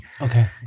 Okay